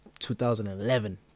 2011